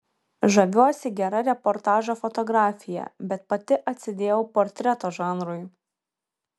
žaviuosi gera reportažo fotografija bet pati atsidėjau portreto žanrui